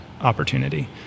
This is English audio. opportunity